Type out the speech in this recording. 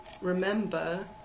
remember